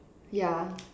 yeah